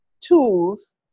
tools